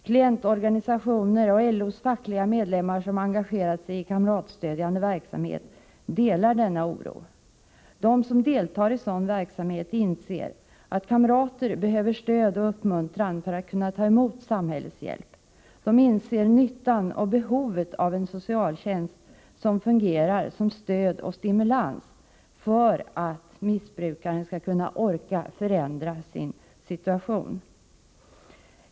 Klientorganisationer och LO:s fackliga medlemmar som har engagerat sig i kamratstödjande verksamhet delar denna oro. De som deltar i sådan verksamhet inser att kamrater behöver stöd och uppmuntran för att kunna ta emot samhällets hjälp. De inser nyttan och behovet av en socialtjänst som fungerar som stöd och stimulans för att missbrukaren skall orka förändra sin situation.